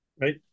Right